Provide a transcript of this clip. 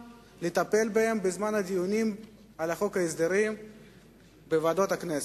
לטפל בהן בזמן הדיונים על חוק ההסדרים בוועדות הכנסת.